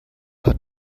hat